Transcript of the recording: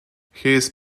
his